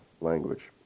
language